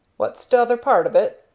what's t'other part of it?